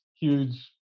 huge